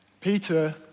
Peter